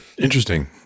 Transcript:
Interesting